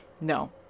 no